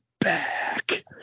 back